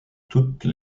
toutes